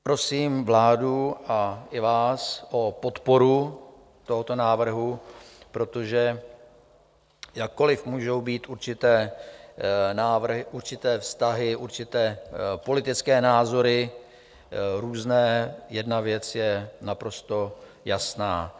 Prosím vládu i vás o podporu tohoto návrhu, protože jakkoliv můžou být určité návrhy, určité vztahy, určité politické názory různé, jedna věc je naprosto jasná.